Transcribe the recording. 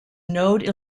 node